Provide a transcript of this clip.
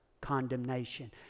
condemnation